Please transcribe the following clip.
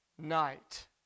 night